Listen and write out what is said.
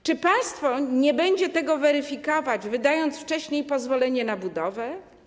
Czy państwo nie będzie tego weryfikować, wydając wcześniej pozwolenie na budowę?